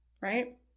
right